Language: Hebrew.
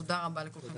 תודה רבה לכולכם